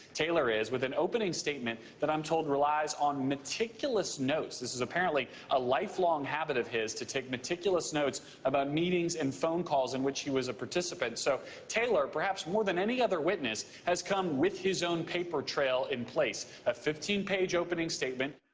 taylor is, with an opening statement that i'm told relies on meticulous notes. this is apparently a life long habit of his to take meticulous notes about meetings and phone calls in which he was a participant. so taylor, perhaps more than any other witness, has come with his own paper trail in place a fifteen page opening statement.